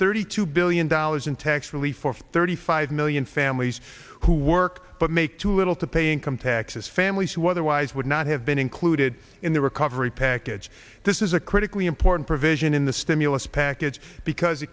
thirty two billion dollars in tax relief for thirty five million families who work but make too little to pay income taxes families who otherwise would not have been included in the recovery package this is a critically important provision in the stimulus package because